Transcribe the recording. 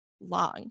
long